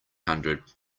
hundred